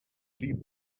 deep